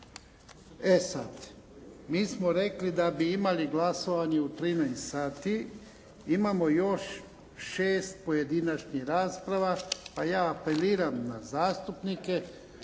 E sada, mi smo rekli da bi imali glasovanje u 13 sati. Imamo još šest pojedinačnih rasprava, pa ja apeliram na zastupnike